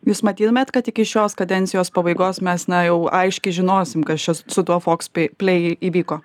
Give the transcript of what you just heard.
jūs matytumėt kad iki šios kadencijos pabaigos mes na jau aiškiai žinosim kas čia su tuo fox pei plei įvyko